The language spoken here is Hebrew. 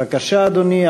בבקשה, אדוני.